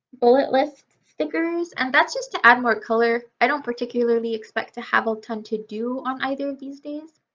bullet list stickers and that's just to add more color i don't particularly expect to have all time to do on either of these days.